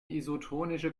isotonische